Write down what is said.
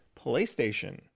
PlayStation